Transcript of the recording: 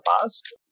past